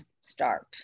start